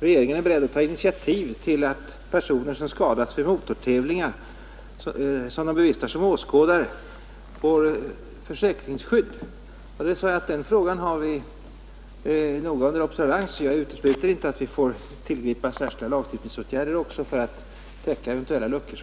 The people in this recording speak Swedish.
regeringen är beredd att ta initiativ till att personer som skadas vid motortävlingar, vilka de bevistar som åskådare, får försäkringsskydd. Jag har svarat att den frågan har vi under noggrann observans och att jag inte utesluter att vi får tillgripa särskilda lagstiftningsåtgärder också för att täcka eventuella luckor.